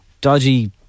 dodgy